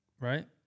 right